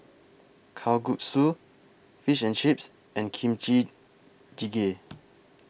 Kalguksu Fish and Chips and Kimchi Jjigae